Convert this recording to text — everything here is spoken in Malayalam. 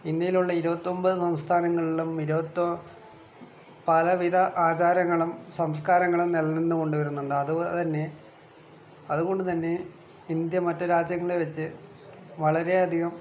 ഇന്ത്യയിലുള്ള ഇരുപത്തൊമ്പത് സംസ്ഥാനങ്ങളിലും ഇരുപത്തൊ പലവിധ ആചാരങ്ങളും സംസ്കാരങ്ങളും നിലനിന്നു കൊണ്ടുവരുന്നുണ്ട് അതു തന്നെ അതുകൊണ്ടുതന്നെ ഇന്ത്യ മറ്റു രാജ്യങ്ങളെ വെച്ച് വളരെയധികം